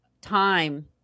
time